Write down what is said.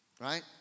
Right